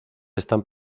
están